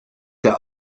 der